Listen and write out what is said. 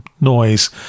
noise